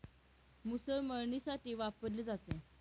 मुसळ मळणीसाठी वापरली जाते